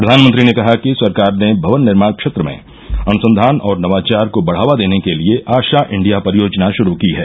प्रधानमंत्री ने कहा कि सरकार ने भवन निर्माण क्षेत्र में अनुसंधान और नवाचार को बढ़ावा देने के लिए आशा इंडिया परियोजना शुरू की है